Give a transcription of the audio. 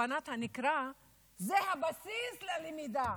הבנת הנקרא היא הבסיס ללמידה.